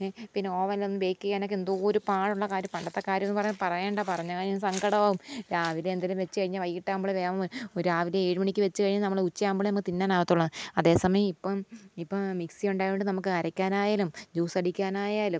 A പിന്നെ ഓവനിലൊന്നു bake ചെയ്യാനൊക്കെ എന്തോരു പാടുള്ള കാര്യം പണ്ടത്തെ കാര്യമെന്നു പറഞ്ഞാൽ പറയേണ്ട പറഞ്ഞാൽ ഇനി സങ്കടമാകും രാവിലെ എന്തെങ്കിലും വെച്ചു കഴിഞ്ഞാൽ വൈകിയിട്ടാകുമ്പോഴേ വേവമ ഒരാവിലെ ഏഴു മണിക്കു വെച്ചു കഴിഞ്ഞാൽ നമ്മൾ ഉച്ചയാകുമ്പോഴേ നമുക്ക് തിന്നാന് ആകത്തുള്ളൂ അതേ സമയം ഇപ്പം ഇപ്പം മിക്സി ഉണ്ടായതു കൊണ്ടു നമുക്ക് അരക്കാനായാലും ജ്യൂസ് അടിക്കാനായാലും